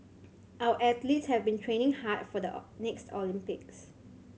our athletes have been training hard for the next Olympics